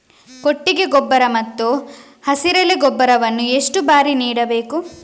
ಕೊಟ್ಟಿಗೆ ಗೊಬ್ಬರ ಮತ್ತು ಹಸಿರೆಲೆ ಗೊಬ್ಬರವನ್ನು ಎಷ್ಟು ಬಾರಿ ನೀಡಬೇಕು?